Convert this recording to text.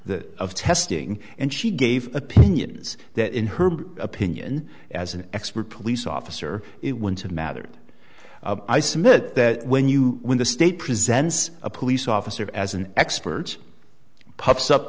that of testing and she gave opinions that in her opinion as an expert police officer it went to the matter i submit that when you when the state presents a police officer as an expert pops up